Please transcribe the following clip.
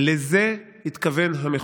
לזה התכוון המחוקק.